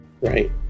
Right